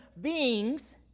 beings